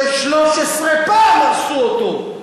ש-13 פעם הרסו אותו.